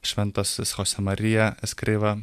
šventasis chosė marija eskriva